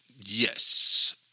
Yes